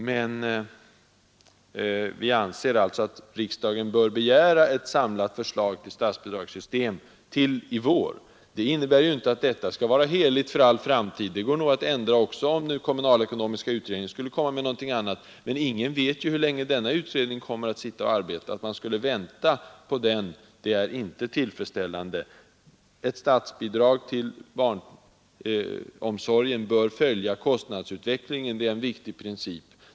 Men vi anser att riksdagen till i vår bör begära ett samlat förslag om statsbidragssystem. Det innebär inte att det skall vara heligt för all framtid — det går nog att ändra det också, om kommunalekonomiska utredningen skulle lägga fram något annat förslag. Men ingen vet hur länge den utredningen skall arbeta, och att vänta på den är inte tillfredsställande. Ett statsbidrag till barnomsorgen bör följa kostnadsutvecklingen, det är en viktig princip.